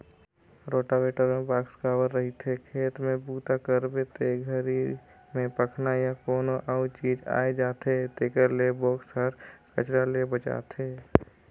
rotavator म box cover रहिथे, खेत में बूता करबे ते घरी में पखना या कोनो अउ चीज आये जाथे तेखर ले बक्सा हर कचरा ले बचाथे